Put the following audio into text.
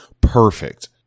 perfect